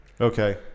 Okay